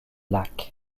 lacs